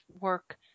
work